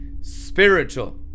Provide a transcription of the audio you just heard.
spiritual